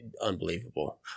unbelievable